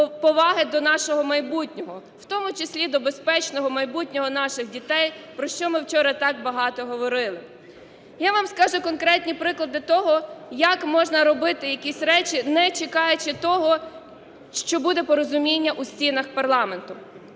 до нашого майбутнього. В тому числі до безпечного майбутнього наших дітей, про що ми вчора так багато говорили. Я вам скажу конкретні приклади того, як можна робити якісь речі, не чекаючи того, що буде порозуміння у стінах парламенту.